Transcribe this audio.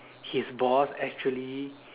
his boss actually